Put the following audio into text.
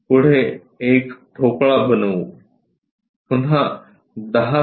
पुढे एक ठोकळा बनवू पुन्हा 10 मि